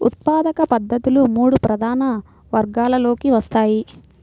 ఉత్పాదక పద్ధతులు మూడు ప్రధాన వర్గాలలోకి వస్తాయి